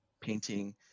painting